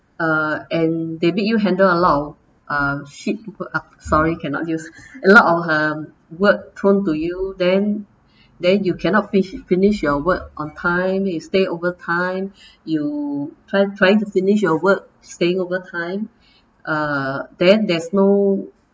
uh and they make you handle a lot of uh shit sorry cannot use a lot of uh work thrown to you then then you cannot fin~ finish your work on time you stay overtime you try try to finish your work staying overtime uh then there's no